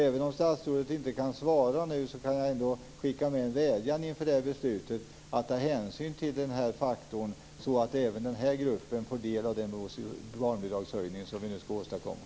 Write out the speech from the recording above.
Även om statsrådet inte kan svara nu kan jag inför beslutet skicka med en vädjan om att man tar hänsyn till den här faktorn, så att även den här gruppen får del av den barnbidragshöjning som vi nu skall genomföra.